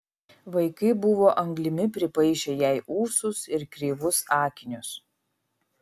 vaikai buvo anglimi pripaišę jai ūsus ir kreivus akinius